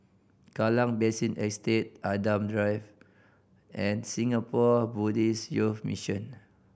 Kallang Basin Estate Adam Drive and Singapore Buddhist Youth Mission